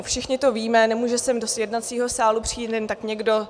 Všichni to víme, nemůže sem do jednacího sálu přijít jen tak někdo.